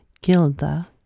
Gilda